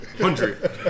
hundred